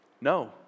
No